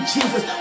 Jesus